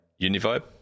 Univibe